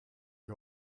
die